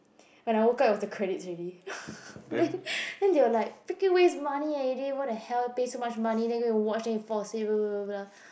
when I woke up it was the credits already then then they were like freaking waste money eh already what the hell pay so much money then you go to watch then go to fall asleep bla bla bla bla bla